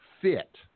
fit